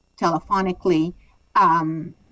telephonically